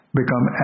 become